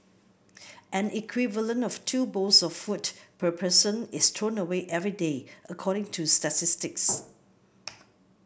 an equivalent of two bowls of food per person is thrown away every day according to statistics